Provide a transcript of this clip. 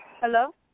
Hello